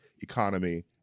economy